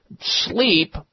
sleep